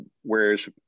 Whereas